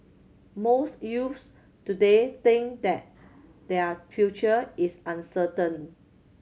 most youths today think that their future is uncertain